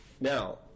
Now